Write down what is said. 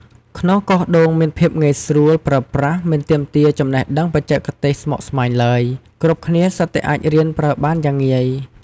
ខ្នោសកោងដូងមានភាពងាយស្រួលប្រើប្រាស់មិនទាមទារចំណេះដឹងបច្ចេកទេសស្មុគស្មាញឡើយ គ្រប់គ្នាសុទ្ធតែអាចរៀនប្រើបានយ៉ាងងាយ។